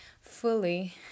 fully